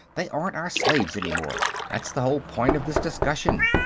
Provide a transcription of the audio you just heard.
they aren't our slaves any more. that's the whole point of this discussion.